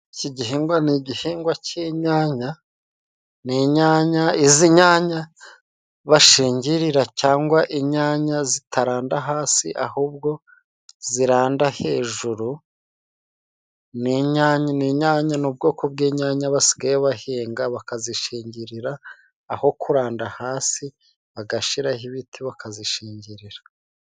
Iki gihingwa ni igihingwa cy'inyanya. Ni inyanya, izi nyanya bashingirira, cyangwa inyanya zitaranda hasi, ahubwo ziranda hejuru, ni nyanya ni inyanya, ni ubwoko bw'inyanya basigaye bahinga bakazishingirira, aho kuranda hasi bagashiraho ibiti bakazishingirira.